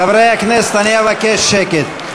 חברי הכנסת, אני אבקש שקט.